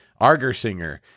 Argersinger